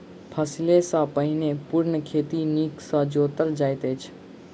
फसिल सॅ पहिने पूर्ण खेत नीक सॅ जोतल जाइत अछि